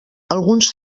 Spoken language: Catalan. alguns